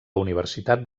universitat